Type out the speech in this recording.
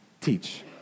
Teach